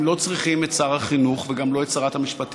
הם לא צריכים את שר החינוך וגם לא את שרת המשפטים,